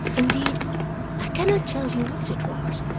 indeed i cannot tell you what it was,